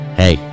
hey